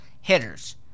hitters